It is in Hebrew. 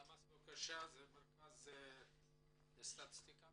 הלשכה המרכזית לסטטיסטיקה,